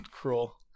cruel